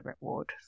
reward